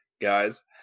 guys